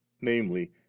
namely